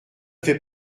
fait